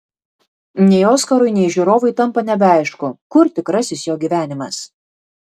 nei oskarui nei žiūrovui tampa nebeaišku kur tikrasis jo gyvenimas